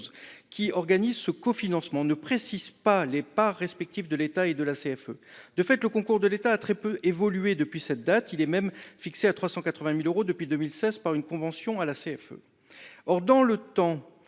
qui organise ce cofinancement, ne précise pas les parts respectives de l’État et de la CFE. De fait, le concours de l’État a très peu évolué depuis cette date ; il est même fixé à 380 000 euros depuis 2016 par une convention à la CFE. Or, dans le même